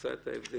נמצא את ההבדלים.